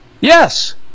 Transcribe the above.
Yes